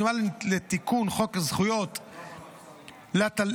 בדומה לתיקון חוק זכויות התלמיד,